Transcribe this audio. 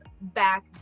back